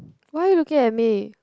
why are you looking at me